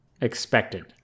Expected